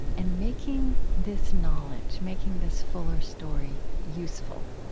and making this knowledge, making this fuller story useful